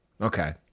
Okay